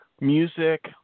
music